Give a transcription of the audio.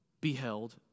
beheld